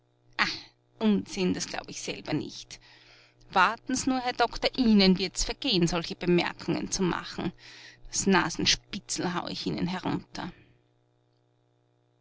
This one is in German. unsinn das glaub ich selber nicht warten s nur herr doktor ihnen wird's vergeh'n solche bemerkungen zu machen das nasenspitzel hau ich ihnen herunter